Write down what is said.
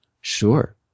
Sure